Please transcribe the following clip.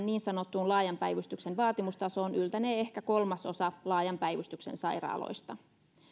niin sanottuun laajan päivystyksen vaatimustasoon yltänee ehkä kolmasosa laajan päivystyksen sairaaloista